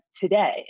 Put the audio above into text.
today